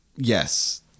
Yes